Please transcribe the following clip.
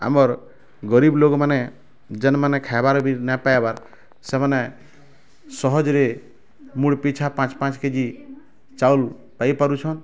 ଆମର ଗରିବ ଲୋକମାନେ ଯେନ ମାନେ ଖାଇବାର ବି ନେଇ ପାଇବାର ସେମାନେ ସହଜରେ ମୁଣ୍ଡ ପିଛା ପାଞ୍ଚ ପାଞ୍ଚ କେ ଜି ଚାଉଳ ପାଇପାରୁଛନ